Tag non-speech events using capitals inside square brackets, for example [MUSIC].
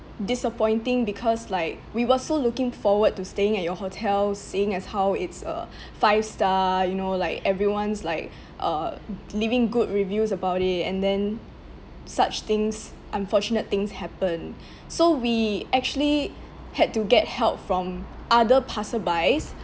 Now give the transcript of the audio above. disappointing because like we were so looking forward to staying at your hotel seeing as how it's a five star you know like everyone's like uh leaving good reviews about it and then such things unfortunate things happened [BREATH] so we actually had to get help from other passer-bys